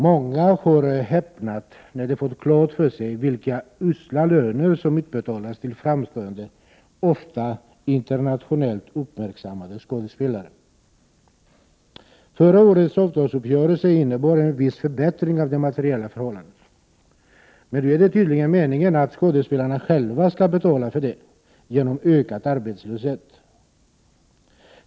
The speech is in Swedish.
Många har häpnat när de fått klart för sig vilka usla löner som utbetalas till framstående, ofta internationellt uppmärksammade skådespelare. Förra årets avtalsuppgörelse innbar en viss förbättring av de materiella förhållandena. Men nu är det tydligen meningen att skådespelarna själva skall betala för det genom ökad arbetslöshet.